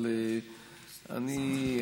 אבל אני,